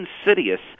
insidious